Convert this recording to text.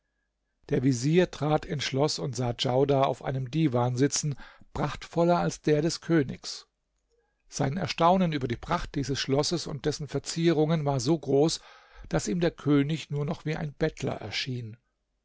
der vezier trat ins schloß und sah djaudar auf einem divan sitzen prachtvoller als der des königs sein erstaunen über die pracht dieses schlosses und dessen verzierungen war so groß daß ihm der könig nur noch wie ein bettler erschien